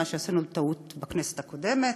הטעות שעשינו בכנסת הקודמת,